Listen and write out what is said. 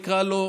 נקרא לו,